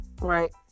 Right